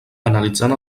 analitzant